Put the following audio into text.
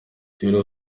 taylor